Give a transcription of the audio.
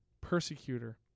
persecutor